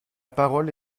parole